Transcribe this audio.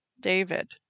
David